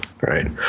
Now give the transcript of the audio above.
Right